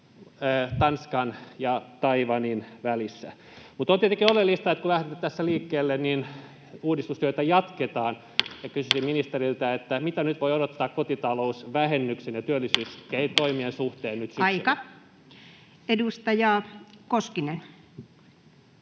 Tanskan ja Taiwanin välissä. Mutta on tietenkin oleellista, että kun lähdemme tässä liikkeelle, niin uudistustyötä jatketaan. Kysyisin ministeriltä: mitä voi odottaa kotitalousvähennyksen ja työllisyystoimien [Puhemies: Aika!] suhteen